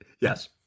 Yes